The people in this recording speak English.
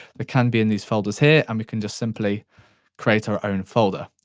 they can be in these folders here, and we can just simply create our own folder.